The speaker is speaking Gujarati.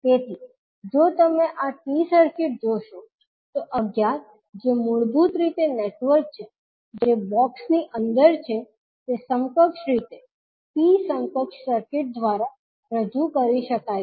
તેથી જો તમે આ T સર્કિટ જોશો તો અજ્ઞાત જે મૂળભૂત રીતે નેટવર્ક છે જે બોક્સ ની અંદર છે તે સમકક્ષ રીતે T સમકક્ષ સર્કિટ દ્વારા રજૂ કરી શકાય છે